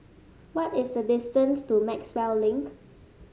what is the distance to Maxwell Link